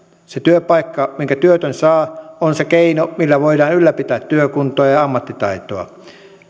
se työpaikka minkä työtön saa on se keino millä voidaan ylläpitää työkuntoa ja ja ammattitaitoa